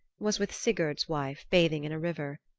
was with sigurd's wife, bathing in a river.